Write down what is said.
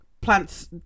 plants